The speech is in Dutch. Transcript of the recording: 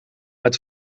met